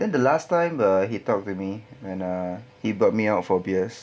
then the last time ah he talked to me and uh he brought me out for beers